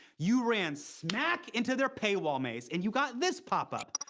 you ran smack into their paywall maze. and you got this pop up.